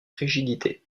rigidité